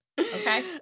okay